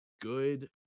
good